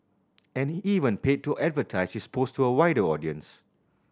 and he even paid to advertise his post to a wider audience